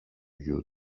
γιου